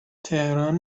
تهران